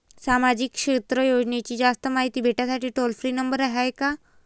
सामाजिक क्षेत्र योजनेची जास्त मायती भेटासाठी टोल फ्री नंबर हाय का?